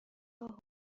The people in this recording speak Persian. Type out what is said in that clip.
گاه